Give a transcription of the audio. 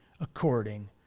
according